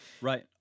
Right